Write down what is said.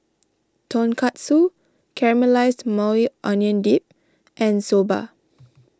Tonkatsu Caramelized Maui Onion Dip and Soba